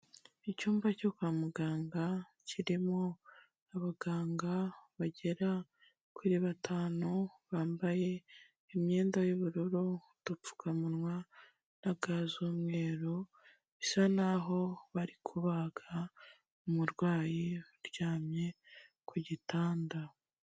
Icyumba cyo kwa muganga kirimo abaganga bagera kuri batanu, bambaye imyenda y'ubururu, udupfukamunwa na ga z'umweru, bisa naho bari kubaga umurwayi uryamye ku gitanda.